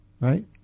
right